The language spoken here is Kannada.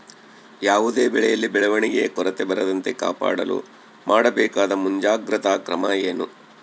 ಯಾವುದೇ ಬೆಳೆಯಲ್ಲಿ ಬೆಳವಣಿಗೆಯ ಕೊರತೆ ಬರದಂತೆ ಕಾಪಾಡಲು ಮಾಡಬೇಕಾದ ಮುಂಜಾಗ್ರತಾ ಕ್ರಮ ಏನು?